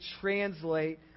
translate